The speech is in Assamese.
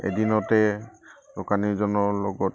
এদিনতে দোকানীজনৰ লগত